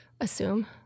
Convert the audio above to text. assume